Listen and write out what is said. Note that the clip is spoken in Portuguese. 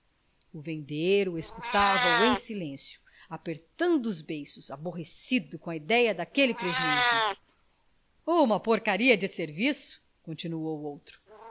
macacos o vendeiro escutava o em silêncio apertando os beiços aborrecido com a idéia daquele prejuízo uma porcaria de serviço continuou o outro